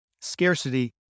scarcity